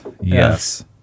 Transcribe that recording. Yes